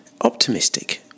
optimistic